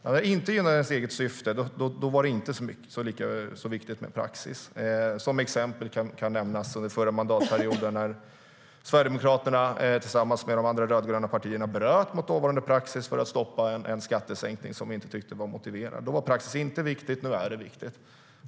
När det inte gynnar deras eget syfte är det inte lika viktigt med praxis. Som exempel kan nämnas när Sverigedemokraterna tillsammans med de rödgröna partierna under förra mandatperioden bröt mot dåvarande praxis för att stoppa en skattesänkning som vi inte tyckte var motiverad. Då var praxis inte viktigt. Nu är det viktigt.